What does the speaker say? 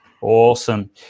Awesome